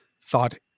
thought